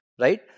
right